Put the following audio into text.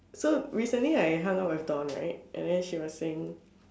so recently I hung out with dawn right and then she was saying